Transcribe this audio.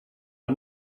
i’m